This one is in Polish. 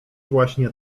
właśnie